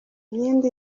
myenda